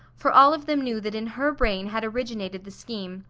for all of them knew that in her brain had originated the scheme,